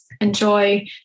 enjoy